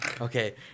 Okay